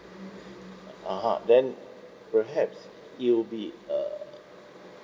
(uh huh) then perhaps it will be err